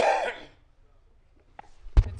פה סיימתי את השבחים, ועכשיו זה משהו אחר.